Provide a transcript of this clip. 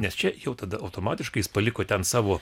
nes čia jau tada automatiškai jis paliko ten savo